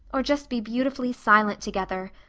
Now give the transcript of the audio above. or just be beautifully silent together.